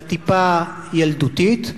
והטיפה ילדותית.